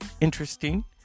interesting